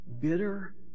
bitter